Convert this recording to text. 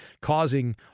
causing